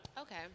Okay